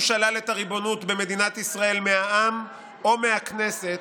שלל את הריבונות במדינת ישראל מהעם או מהכנסת,